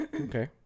Okay